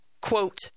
quote